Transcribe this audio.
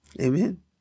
Amen